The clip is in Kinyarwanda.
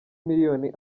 miliyoni